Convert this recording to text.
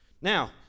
Now